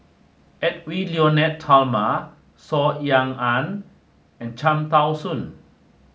Edwy Lyonet Talma Saw Ean Ang and Cham Tao Soon